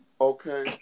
Okay